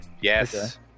Yes